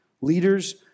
Leaders